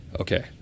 okay